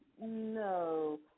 No